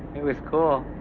it was cool.